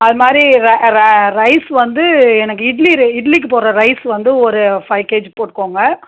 அதுமாதிரி ர ர ரைஸ் வந்து எனக்கு இட்லி ரை இட்லிக்கு போடுற ரைஸ் வந்து ஒரு ஃபைவ் கேஜி போட்டுக்கோங்க